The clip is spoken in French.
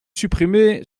supprimez